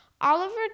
Oliver